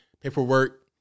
paperwork